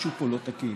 משהו פה לא תקין.